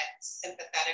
sympathetic